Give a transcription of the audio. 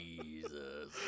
Jesus